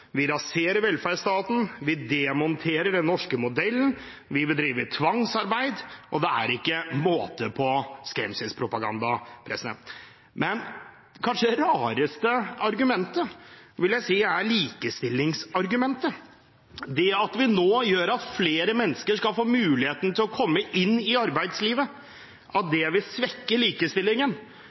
vi raserer velferdsstaten, vi demonterer den norske modellen, vi vil drive med tvangsarbeid – det er ikke måte på til skremselspropaganda. Men det kanskje rareste argumentet vil jeg si er likestillingsargumentet – at det at vi nå gjør at flere mennesker skal få muligheten til å komme inn i arbeidslivet, vil svekke likestillingen.